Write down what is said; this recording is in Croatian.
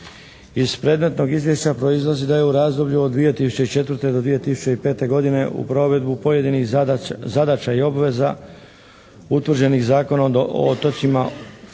Iz predmetnog izvješća proizlazi da je u razdoblju od 2004. do 2005. godine u provedbu pojedinih zadaća i obveza utvrđenih Zakonom o otocima